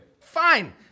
Fine